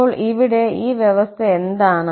അപ്പോൾ ഇവിടെ ഈ വ്യവസ്ഥ എന്താണ്